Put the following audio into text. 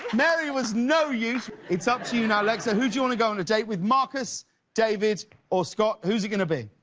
mary was no use. it's up to you and lexa. who do you want to go on a date with, marcus david or scott, who is it going to be?